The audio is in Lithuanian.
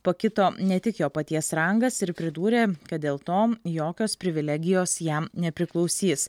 pakito ne tik jo paties rangas ir pridūrė kad dėl to jokios privilegijos jam nepriklausys